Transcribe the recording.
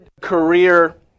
career